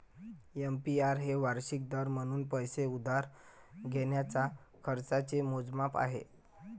APR हे वार्षिक दर म्हणून पैसे उधार घेण्याच्या खर्चाचे मोजमाप आहे